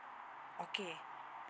okay